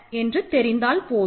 என்று தெரிந்தால் போதும்